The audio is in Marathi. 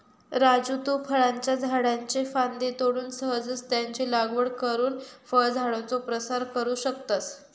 राजू तु फळांच्या झाडाच्ये फांद्ये तोडून सहजच त्यांची लागवड करुन फळझाडांचो प्रसार करू शकतस